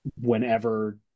Whenever